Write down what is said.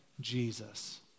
Jesus